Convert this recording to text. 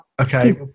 okay